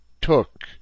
took—